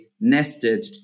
nested